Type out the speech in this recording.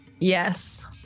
Yes